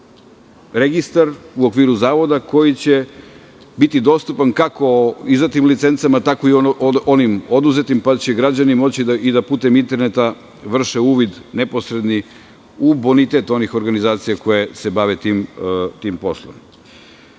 registar u okviru zavoda koji će biti dostupan kako izdatim licencama, tako i onim oduzetim, pa će građani moći da putem interneta vrše uvid neposredni u bonitet onih organizacija koje se bave tim poslovima.U